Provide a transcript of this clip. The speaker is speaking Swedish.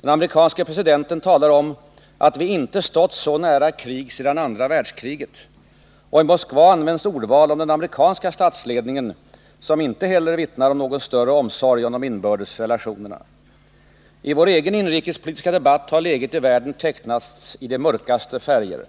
Den amerikanske presidenten talar om att vi inte stått så nära krig sedan andra världskriget. Och i Moskva används ordval om den amerikanska statsledningen som inte heller vittnar om någon större omsorg om de inbördes relationerna. I vår egen inrikespolitiska debatt har läget i världen tecknats i de mörkaste färger.